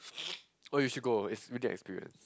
oh you should go is really experience